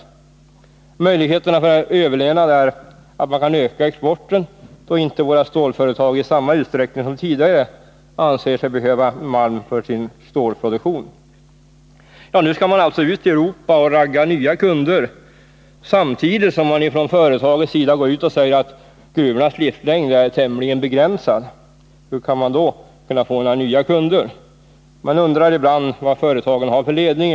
Den möjlighet till överlevnad som finns är att man kan öka exporten då inte våra stålföretag i samma utsträckning som tidigare anser sig behöva malm för sin stålproduktion. Nu skall man alltså ut i Europa och ”ragga” nya kunder samtidigt som man ifrån företagets sida går ut och säger att gruvornas livslängd är tämligen begränsad. Hur kan företagen då få några nya kunder? Man undrar ibland vad företagen egentligen har för ledning.